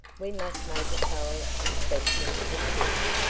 we must make a thorough inspection, of course,